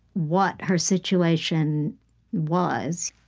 what her situation was,